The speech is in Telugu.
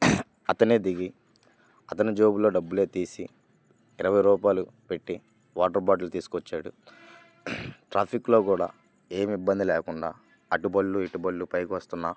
అతనే దిగి అతను జేబులో డబ్బులే తీసి ఇరవై రూపాయలు పెట్టి వాటర్ బాటిల్ తీసుకొచ్చాడు ట్రాఫిక్లో కూడా ఏమి ఇబ్బంది లేకుండా అటుబళ్ళు ఇటుబళ్ళు పైక వస్తున్నా